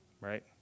right